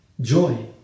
joy